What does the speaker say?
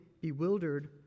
bewildered